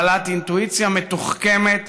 בעלת אינטואיציה מתוחכמת,